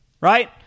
Right